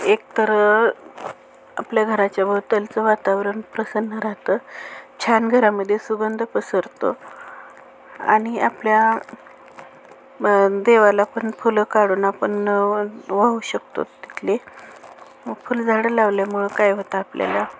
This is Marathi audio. एकतर आपल्या घराच्या भोवतालचं वातावरण प्रसन्न राहतं छान घरामध्ये सुगंध पसरतो आणि आपल्या देवाला पण फुलं काढून आपण वाहू शकतो तिथले फुलझाडं लावल्यामुळं काय होतं आपल्याला